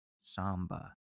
Samba